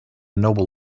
nobel